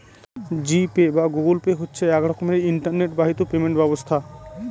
জি Pay বা Google Pay হচ্ছে এক রকমের ইন্টারনেট বাহিত পেমেন্ট ব্যবস্থা